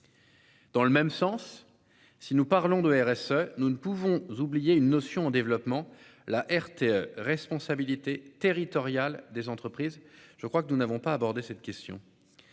Dans le même sens. Si nous parlons de RSE. Nous ne pouvons oublier une notion développement la RTS responsabilités territoriales des entreprises. Je crois que nous n'avons pas abordé cette question.